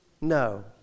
No